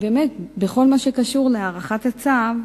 באמת, בכל מה שקשור להארכת הצו,